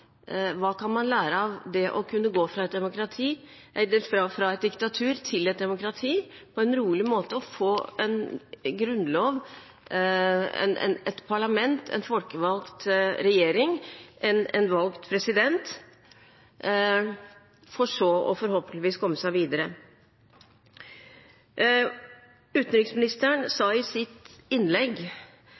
Hva kan man lære av det å kunne gå fra et diktatur til et demokrati på en rolig måte og få en grunnlov, et parlament, en folkevalgt regjering, en valgt president, for så forhåpentligvis å komme seg videre? Utenriksministeren sa i sitt innlegg